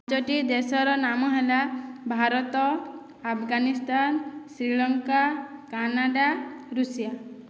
ଟି ଦେଶର ନାମ ହେଲା ଭାରତ ଆଫଗାନିସ୍ଥାନ ଶ୍ରୀଲଙ୍କା କାନାଡ଼ା ଋଷିଆ